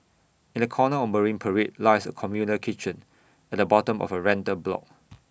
in A corner of marine parade lies A communal kitchen at the bottom of A rental block